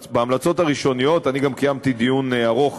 בהמלצות הראשוניות, אני גם קיימתי דיון ארוך